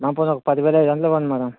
madam పొని పది వేల ఐదు వందలివ్వండి మేడం